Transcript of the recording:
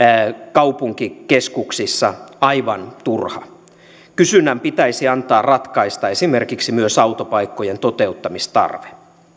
kaupunkikeskuksissa aivan turha kysynnän pitäisi antaa ratkaista esimerkiksi myös autopaikkojen toteuttamistarpeen